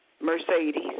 Mercedes